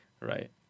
right